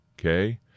okay